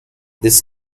this